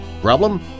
Problem